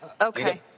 okay